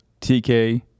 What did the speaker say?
TK